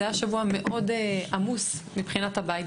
זה היה שבוע מאוד עמוס מבחינת הבית,